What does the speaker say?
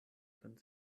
können